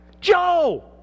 Joe